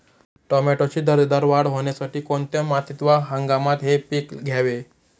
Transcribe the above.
टोमॅटोची दर्जेदार वाढ होण्यासाठी कोणत्या मातीत व हंगामात हे पीक घ्यावे?